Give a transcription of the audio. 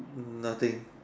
mm nothing